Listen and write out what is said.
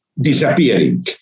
disappearing